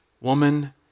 woman